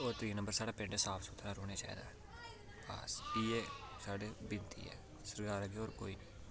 होर त्रियै नंबर साढ़ा पिंड साफ होना चाहिदा ते बस इयै साढ़ी बिनती ऐ सरकार अग्गें बस